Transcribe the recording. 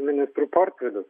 ministrų portfelius